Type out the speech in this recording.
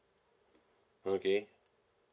okay